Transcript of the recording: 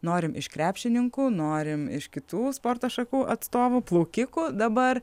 norim iš krepšininkų norim iš kitų sporto šakų atstovų plaukikų dabar